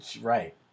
right